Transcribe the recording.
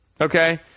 Okay